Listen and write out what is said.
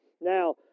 Now